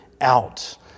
out